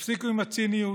תפסיקו עם הציניות,